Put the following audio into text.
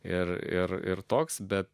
ir ir ir toks bet